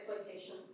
exploitation